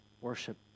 worship